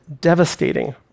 devastating